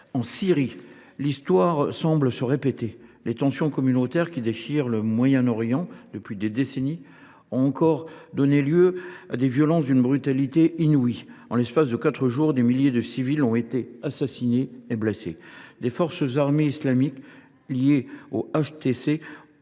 En Syrie, l’histoire semble se répéter. Les tensions communautaires, qui déchirent le Proche Orient depuis des décennies, ont encore donné lieu à des violences d’une brutalité inouïe. En l’espace de quatre jours, des milliers de civils ont été assassinés et blessés. Des forces armées islamistes, liées au groupe Hayat